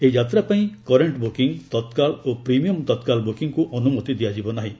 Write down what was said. ଏହି ଯାତ୍ରା ପାଇଁ କରେଣ୍ଟ ବୁକିଂ ତତ୍କାଳ ଓ ପ୍ରିମିୟମ୍ ତତ୍କାଳ ବୁକିଂକୁ ଅନୁମତି ଦିଆଯିବ ନାହିଁ